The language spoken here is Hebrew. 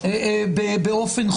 אני לא אקבל את התשובה מהגורמים המוסמכים,